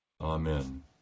Amen